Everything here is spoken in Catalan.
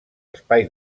espai